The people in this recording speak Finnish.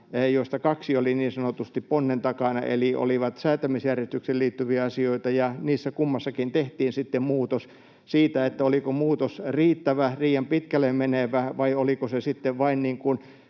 joista kaksi oli niin sanotusti ponnen takana eli olivat säätämisjärjestykseen liittyviä asioita, ja niissä kummassakin tehtiin sitten muutos siitä, oliko muutos riittävä, liian pitkälle menevä vai oliko se sitten vain